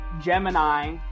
Gemini